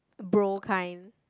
bro kind